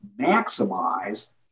maximize